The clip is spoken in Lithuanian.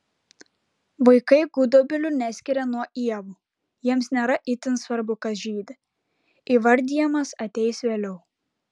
vaikai gudobelių neskiria nuo ievų jiems nėra itin svarbu kas žydi įvardijimas ateis vėliau